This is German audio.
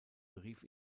berief